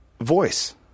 voice